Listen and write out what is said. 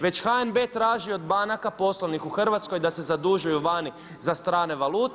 Već HNB traži od banaka poslovnih u Hrvatskoj da se zadužuju vani za strane valute.